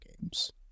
games